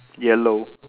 yellow